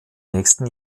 nächsten